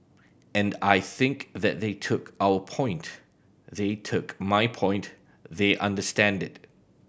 and I think that they took our point they took my point they understand it